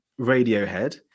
Radiohead